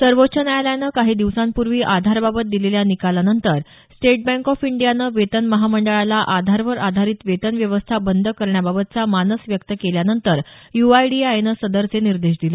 सर्वोच्च न्यायालयानं काही दिवसांपूर्वी आधारबाबत दिलेल्या निकालानंतर स्टेट बँक ऑफ इंडियानं वेतन महामंडळाला आधारवर आधारित वेतन व्यवस्था बंद करण्याबाबतचा मानस व्यक्त केल्यानंतर यू आय डी ए आयनं सदरचे निर्देश दिले